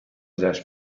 جشن